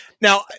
Now